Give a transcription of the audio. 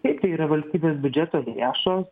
taip tai yra valstybės biudžeto lėšos